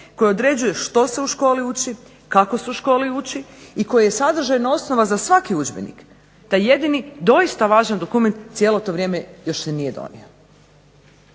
koji određuje što se u školi uči, kako se u školi uči i koji je sadržajno osnova za svaki udžbenik. Taj jedini doista važan dokument cijelo to vrijeme još se nije donio.